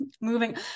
moving